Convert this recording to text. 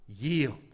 yield